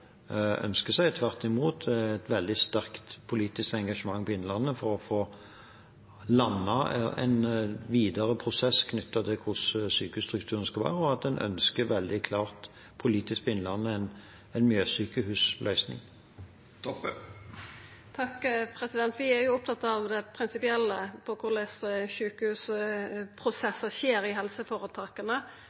seg. Tvert imot er det et veldig sterkt politisk engasjement i Innlandet for å få landet en videre prosess knyttet til hvordan sykehusstrukturen skal være, og at man veldig klart politisk ønsker en Mjøssykehus-løsning. Vi er opptatt av det prinsipielle når det gjeld korleis sykehusprosessar skjer i